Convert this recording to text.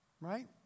Right